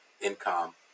income